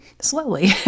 slowly